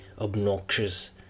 obnoxious